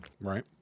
right